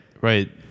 right